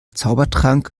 zaubertrank